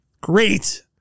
Great